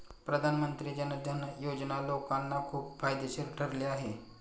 प्रधानमंत्री जन धन योजना लोकांना खूप फायदेशीर ठरली आहे